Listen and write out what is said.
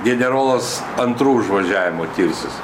generolas antru užvažiavimu tirsis